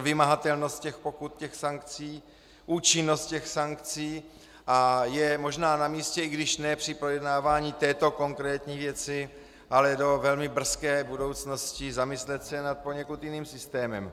Vymahatelnost těch pokut, sankcí, účinnost těch sankcí a je možná namístě, i když ne při projednávání této konkrétní věci, ale do velmi brzké budoucnosti zamyslet se nad poněkud jiným systémem.